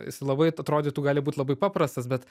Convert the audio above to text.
jis labai atrodytų gali būti labai paprastas bet